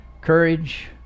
Courage